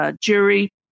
jury